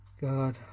God